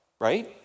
right